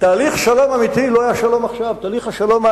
ועטים ותרשמו את